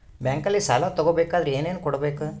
ಬ್ಯಾಂಕಲ್ಲಿ ಸಾಲ ತಗೋ ಬೇಕಾದರೆ ಏನೇನು ಕೊಡಬೇಕು?